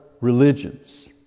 religions